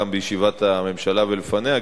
גם בישיבת הממשלה ולפניה,